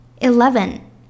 Eleven